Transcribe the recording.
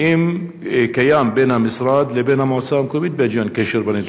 האם קיים בין המשרד לבין המועצה המקומית בית-ג'ן קשר בנדון?